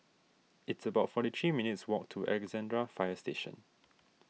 it's about forty three minutes' walk to Alexandra Fire Station